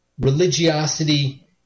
religiosity